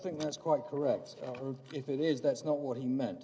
think that's quite correct if it is that's not what he meant